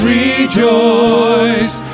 rejoice